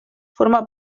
forma